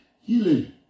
Healing